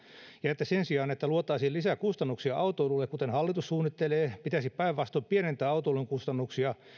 ja että sen sijaan että luotaisiin lisää kustannuksia autoilulle kuten hallitus suunnittelee pitäisi päinvastoin pienentää autoilun kustannuksia